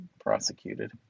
prosecuted